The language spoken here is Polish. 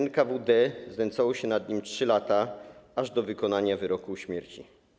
NKWD znęcało się nad nim 3 lata, aż do wykonania wyroku śmierci.